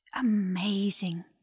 Amazing